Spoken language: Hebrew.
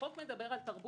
החוק מדבר על תרבות,